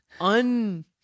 un